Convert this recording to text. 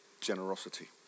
generosity